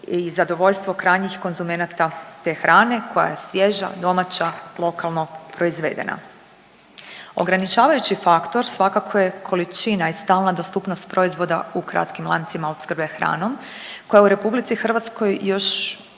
i zadovoljstvo krajnjih konzumenata te hrane koja je svježa, domaća, lokalno proizvedena. Ograničavajući faktor svakako je količina i stalna dostupnost proizvoda u kratkim lancima opskrbe hranom koja u RH još